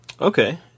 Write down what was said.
okay